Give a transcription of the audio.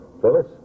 Phyllis